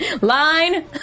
Line